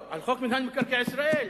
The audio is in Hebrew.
היא על חוק מינהל מקרקעי ישראל,